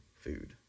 food